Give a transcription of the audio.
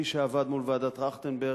מי שעבד מול ועדת-טרכטנברג,